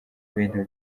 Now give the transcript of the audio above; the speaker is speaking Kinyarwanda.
ibintu